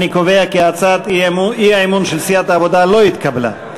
אני קובע כי הצעת האי-אמון של סיעת העבודה לא התקבלה.